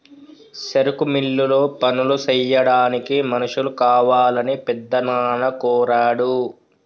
సెరుకు మిల్లులో పనులు సెయ్యాడానికి మనుషులు కావాలని పెద్దనాన్న కోరాడు